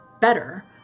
better